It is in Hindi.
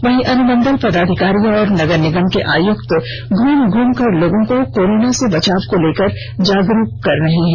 वहीं अनुमंडल पदाधिकारी और नगर निगम के आयुक्त घूम घूम कर लोगों को कोरोना से बचाव को लेकर जागरूक कर रहे हैं